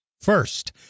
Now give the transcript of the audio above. first